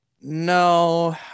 no